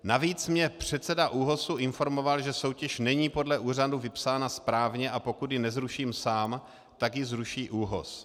Navíc mě předseda ÚOHS informoval, že soutěž není podle úřadu vypsána správně, a pokud ji nezruším sám, tak ji zruší ÚOHS.